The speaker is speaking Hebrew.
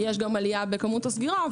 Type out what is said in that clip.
יש גם עלייה בכמות הסגירה,